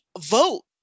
vote